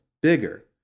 bigger